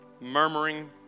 murmuring